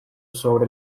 sobre